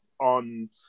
on